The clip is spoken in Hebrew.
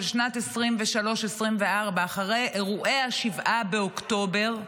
שנת 2023 2024 אחרי אירועי 7 באוקטובר,